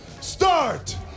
start